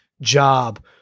job